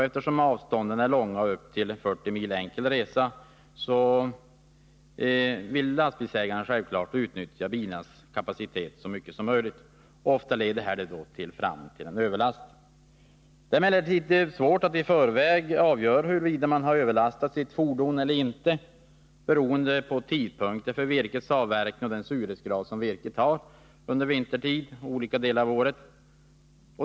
Eftersom avstånden är långa — upp till 40 mil enkel resa -— vill lastbilsägarna självfallet utnyttja bilarnas lastkapacitet så mycket som möjligt. Ofta leder detta till att man får överlast. Det är emellertid svårt att i förväg avgöra huruvida man har överlastat sitt fordon eller ej, beroende på tidpunkten för virkets avverkning och surhetsgraden under olika tider av året.